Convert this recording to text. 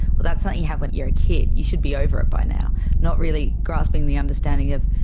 well, that's something you have when you're a kid, you should be over it by now not really grasping the understanding of,